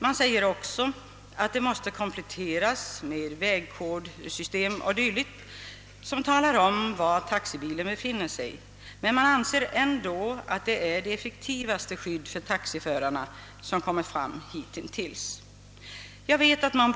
Man säger också att det måste kompletteras med vägkodsystem o.d. som anger var taxibilen befinner sig. Men man anser ändå att det är det effektivaste skydd för taxiförarna som hitintills kommit fram.